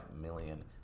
million